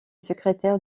secrétaire